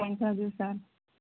ਠੀਕ ਸਰ